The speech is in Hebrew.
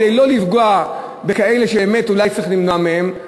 כדי לא לפגוע בכאלה שבאמת אולי צריך למנוע מהם,